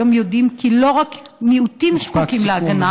היום יודעים כי לא רק מיעוטים זקוקים להגנה,